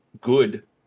good